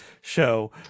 show